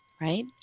right